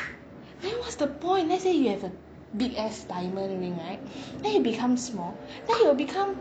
then what's the point let's say you have a big ass diamond ring right then you become small then you will become